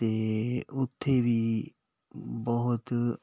ਅਤੇ ਉੱਥੇ ਵੀ ਬਹੁਤ